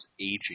aging